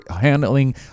handling